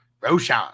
Roshan